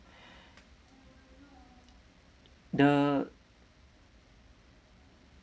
the